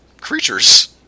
creatures